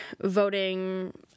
voting